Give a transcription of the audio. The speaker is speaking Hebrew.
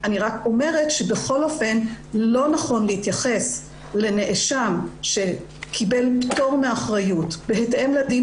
שבכל אופן לא נכון להתייחס לנאשם שקיבל פטור מאחריות בהתאם לדין